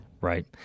Right